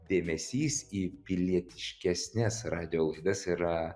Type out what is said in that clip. dėmesys į pilietiškesnes radijo laidas yra